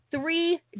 three